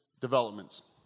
developments